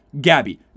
Gabby